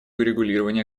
урегулирования